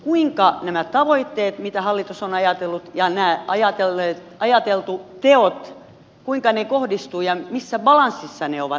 kuinka nämä tavoitteet mitä hallitus on ajatellut ja nämä ajatellut teot kohdistuvat ja missä balanssissa ne ovat